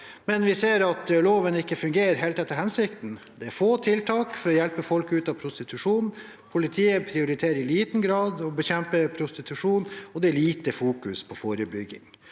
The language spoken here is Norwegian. Men vi ser at loven ikke fungerer helt etter hensikten. Det er få tiltak for å hjelpe folk ut av prostitusjon, politiet prioriterer i liten grad å bekjempe prostitusjon og det er lite fokus på forebygging.